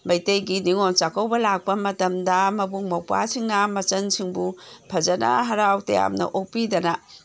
ꯃꯩꯇꯩꯒꯤ ꯅꯤꯉꯣꯜ ꯆꯥꯛꯀꯧꯕ ꯂꯥꯛꯄ ꯃꯇꯝꯗ ꯃꯕꯨꯡ ꯃꯧꯄ꯭ꯋꯥꯁꯤꯡꯅ ꯃꯆꯜꯁꯤꯡꯕꯨ ꯐꯖꯅ ꯍꯔꯥꯎ ꯇꯌꯥꯝꯅ ꯑꯣꯛꯄꯤꯗꯅ